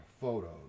photos